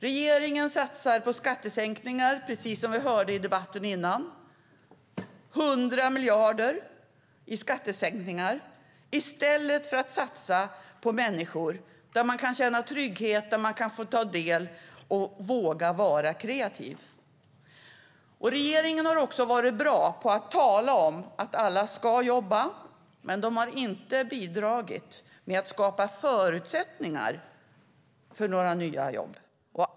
Regeringen satsar på skattesänkningar, vilket vi också hörde i den tidigare debatten - 100 miljarder i skattesänkningar i stället för att satsa på människor så att de kan känna trygghet, ta del och våga vara kreativa. Regeringen har varit bra på att tala om att alla ska jobba men har inte bidragit till att skapa förutsättningar för några nya jobb.